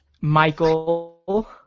Michael